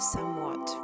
somewhat